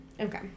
Okay